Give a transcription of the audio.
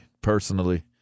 personally